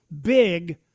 big